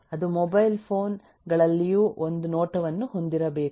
ಅದು mobile phone ಗಳಲ್ಲಿಯೂ ಒಂದು ನೋಟವನ್ನು ಹೊಂದಿರಬೇಕು